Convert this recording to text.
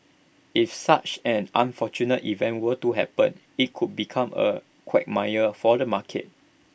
if such an unfortunate event were to happen IT could become A quagmire for the market